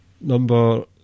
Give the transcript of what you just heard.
number